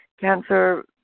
cancer